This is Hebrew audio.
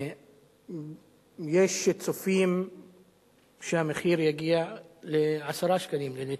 יש שצופים שהמחיר יגיע ל-10 שקלים לליטר.